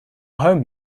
home